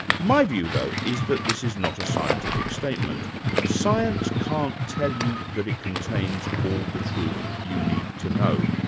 my view though, is that this is not a scientific statement science can't tell you that it contains all the truth you need to know.